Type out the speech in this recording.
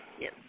Yes